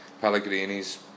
Pellegrini's